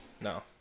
No